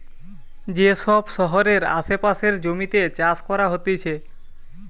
যে সব শহরের আসে পাশের জমিতে চাষ করা হতিছে